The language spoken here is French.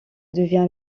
devient